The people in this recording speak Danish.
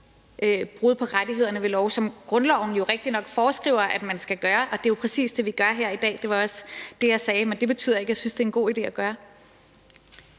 brud på rettighederne ved lov, som grundloven jo rigtignok foreskriver at man skal gøre. Og det er jo præcis det, vi gør her i dag. Det var også det, jeg sagde, men det betyder ikke, at jeg synes, at det er en god idé at gøre.